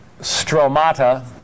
Stromata